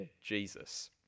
Jesus